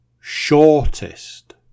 shortest